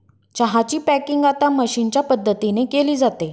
चहा ची पॅकिंग आता मशीनच्या मदतीने केली जाते